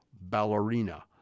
Ballerina